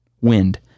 Wind